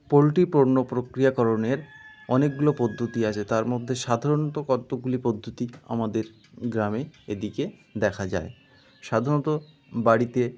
poultry পণ্য প্রক্রিয়াকরণের অনেকগুলো পদ্ধতি আছে তার মধ্যে সাধারণত কতগুলি পদ্ধতি আমাদের গ্রামে এদিকে দেখা যায় সাধারণত বাড়িতে